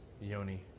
Yoni